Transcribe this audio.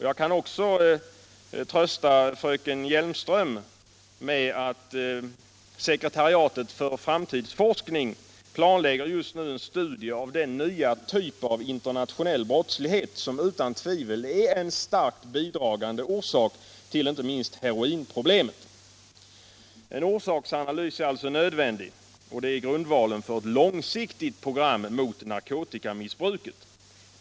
Jag kan trösta fröken Hjelmström med att sekretariatet för framtids forskning just nu planlägger en studie av den nya typ av internationell brottslighet som utan tvivel är en stark bidragande orsak till inte minst heroinproblemet. En orsaksanalys är alltså nödvändig och utgör grundvalen för ett långsiktigt program mot narkotikamissbruket.